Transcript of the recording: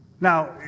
now